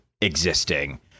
existing